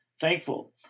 thankful